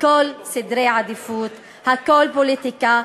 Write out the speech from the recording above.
הכול סדרי עדיפות, הכול פוליטיקה.